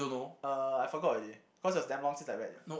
uh I forgot already cause it was damn long since I read it